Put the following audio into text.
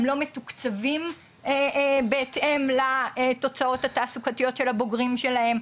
הם לא מתוקצבים בהתאם לתוצאות התעסוקתיות של הבוגרים שלהם,